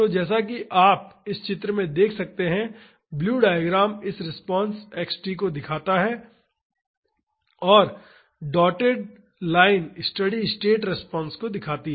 तो जैसा कि आप इस चित्र में देख सकते हैं ब्लू डायग्राम इस रिस्पांस xt को दिखाता है और डॉटेड रेखा स्टेडी स्टेट रिस्पांस दिखाती है